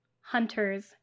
hunters